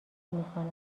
نمیکند